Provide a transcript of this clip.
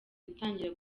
gutangira